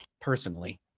personally